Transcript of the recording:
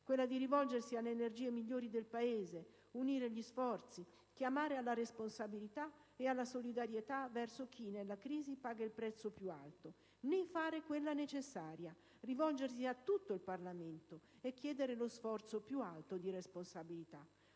quella di rivolgersi alle energie migliori del Paese, unire gli sforzi, chiamare alla responsabilità e alla solidarietà verso chi nella crisi paga il prezzo più alto, né fare quella necessaria: rivolgersi a tutto il Parlamento e chiedere lo sforzo più alto di responsabilità.